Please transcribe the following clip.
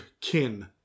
kin